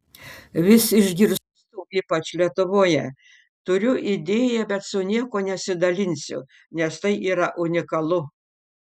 vis išgirstu ypač lietuvoje turiu idėją bet su niekuo nesidalinsiu nes tai yra unikalu